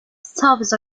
service